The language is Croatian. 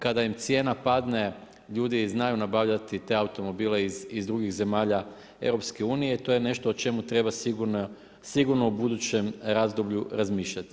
Kada im cijena padne, ljudi znaju nabavljati te automobile iz drugih zemalja EU i to je nešto o čemu treba sigurno u budućem razdoblju razmišljati.